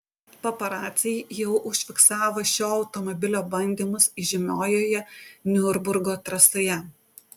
paparaciai jau užfiksavo šio automobilio bandymus įžymiojoje niurburgo trasoje